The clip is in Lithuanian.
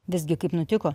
visgi kaip nutiko